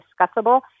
discussable